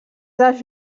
dels